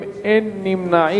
מי נגד?